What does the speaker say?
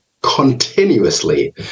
continuously